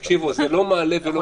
תקשיבו, זה לא מעלה ולא מוריד.